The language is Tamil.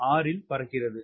6 இல் பறக்கிறது